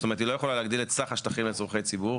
זאת אומרת היא לא יכולה להגדיל את סך השטחים לצרכי ציבור